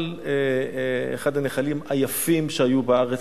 זה אחד הנחלים היפים שהיו בארץ,